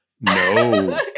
No